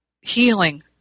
healing